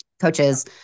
coaches